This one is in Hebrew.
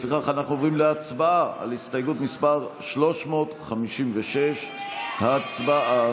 לפיכך אנחנו עוברים להצבעה על הסתייגות מס' 356. הצבעה.